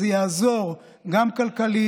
זה יעזור גם כלכלית,